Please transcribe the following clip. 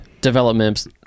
developments